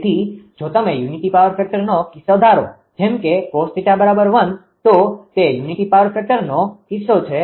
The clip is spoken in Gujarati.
તેથી જો તમે યુનિટી પાવર ફેક્ટરનો કિસ્સો ધારો જેમ કે cos𝜃1 તો તે યુનિટી પાવર ફેક્ટરનો કિસ્સો છે